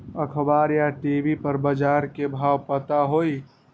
अखबार या टी.वी पर बजार के भाव पता होई?